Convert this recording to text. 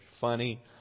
funny